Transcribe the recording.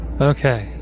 Okay